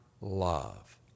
love